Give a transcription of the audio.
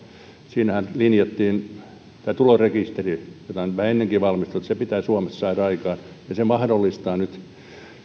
siinähän linjattiin tämä tulorekisteri jota on ennenkin valmisteltu se pitää suomessa saada aikaan ja se mahdollistaa nyt